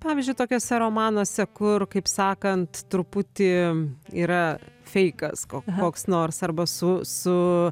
pavyzdžiui tokiuose romanuose kur kaip sakant truputį yra feikas ko koks nors arba su su